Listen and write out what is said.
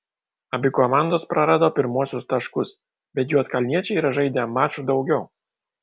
abi komandos prarado pirmuosius taškus bet juodkalniečiai yra žaidę maču daugiau